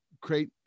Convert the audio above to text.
create